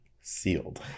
sealed